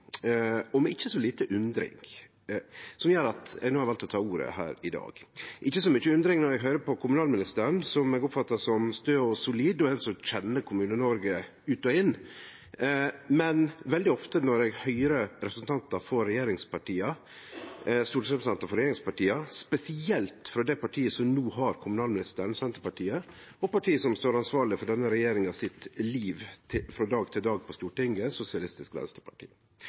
og med ikkje så lite undring, noko som gjer at eg no har valt å ta ordet her i dag – ikkje så mykje undring når eg høyrer på kommunalministeren, som eg oppfattar som stø og solid og ein som kjenner Kommune-Noreg ut og inn, men veldig ofte når eg høyrer stortingsrepresentantar for regjeringspartia, spesielt frå det partiet som no har kommunalministeren, Senterpartiet, og partiet som står ansvarleg for denne regjeringa sitt liv frå dag til dag på Stortinget, Sosialistisk Venstreparti.